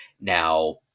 now